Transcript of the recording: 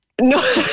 No